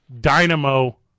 dynamo